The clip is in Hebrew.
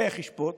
איך ישפוט